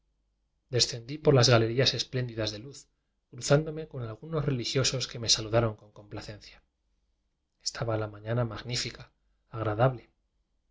descendí por las galerías espléndidas de luz cruzándome con algunos religiosos que me saludaron con complacencia estaba la mañana mag nífica agradable